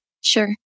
Sure